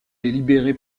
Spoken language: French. libéré